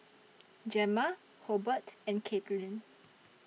Gemma Hobert and Katlynn